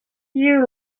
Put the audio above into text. you